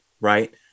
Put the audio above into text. right